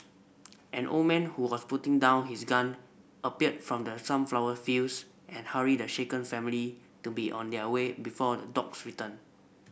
an old man who was putting down his gun appeared from the sunflower fields and hurried the shaken family to be on their way before the dogs return